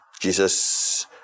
Jesus